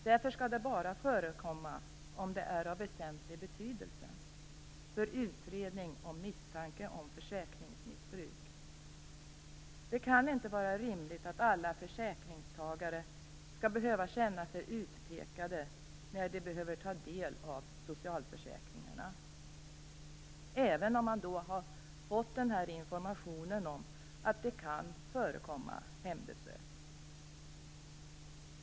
Därför skall det bara förekomma om det är av väsentlig betydelse för utredning om misstanke om försäkringsmissbruk. Det kan inte vara rimligt att alla försäkringstagare skall behöva känna sig utpekade när de behöver ta del av socialförsäkringarna, även om man har fått denna information om att det kan förekomma hembesök.